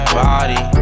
body